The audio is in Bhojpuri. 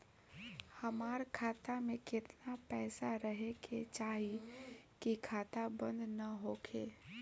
हमार खाता मे केतना पैसा रहे के चाहीं की खाता बंद ना होखे?